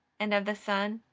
and of the son,